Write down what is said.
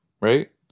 Right